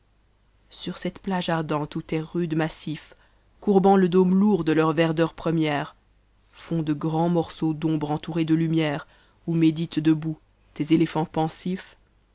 sur cette plage ardente oit tes rudes massif courbant le dôme lourd de leur verdeur première font de grands morceaux d'ombre entourés de lumière où méditent debout tes éléphants pensifs